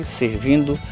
servindo